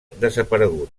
desaparegut